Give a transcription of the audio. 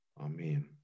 Amen